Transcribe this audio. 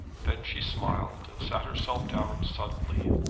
then she smiled, and sat herself down suddenly,